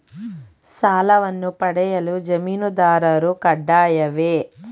ಸಾಲವನ್ನು ಪಡೆಯಲು ಜಾಮೀನುದಾರರು ಕಡ್ಡಾಯವೇ?